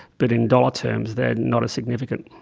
but in dollar terms they're not as significant.